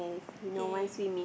okay